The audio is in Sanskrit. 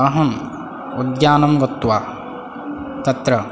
अहम् उद्यानं गत्वा तत्र